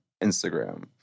Instagram